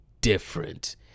different